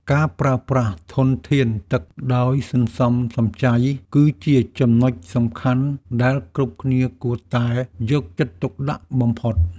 ការប្រើប្រាស់ធនធានទឹកដោយសន្សំសំចៃ គឺជាចំណុចសំខាន់ដែលគ្រប់គ្នាគួរតែយកចិត្តទុកដាក់បំផុត។